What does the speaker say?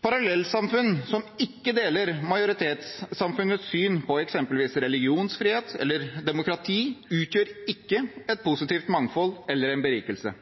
Parallellsamfunn som ikke deler majoritetssamfunnets syn på eksempelvis religionsfrihet eller demokrati, utgjør ikke et positivt mangfold eller en berikelse,